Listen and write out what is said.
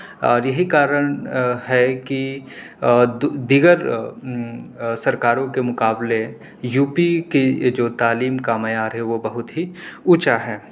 اور یہی کارن ہے کہ دو دیگر سرکاروں کے مقابلے یو پی کے جو تعلیم کا معیار ہے وہ بہت ہی اونچا ہے